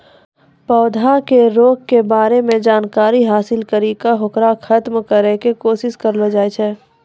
पौधा के रोग के बारे मॅ जानकारी हासिल करी क होकरा खत्म करै के कोशिश करलो जाय छै